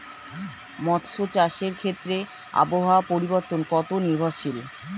মৎস্য চাষের ক্ষেত্রে আবহাওয়া পরিবর্তন কত নির্ভরশীল?